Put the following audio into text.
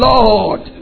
Lord